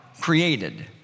created